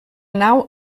nau